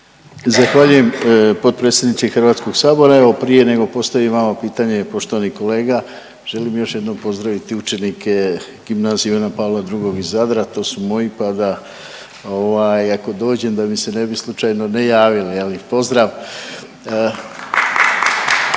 Zahvaljujem potpredsjedniče Hrvatskog sabora. Evo, prije nego postavim vama pitanje poštovani kolega želim još jednom pozdraviti učenike Gimnazije Ivana Pavla II iz Zadra, to su moji pa da ovaj ako dođem da mi se ne bi slučajno ne javili je li, pozdrav.